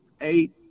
eight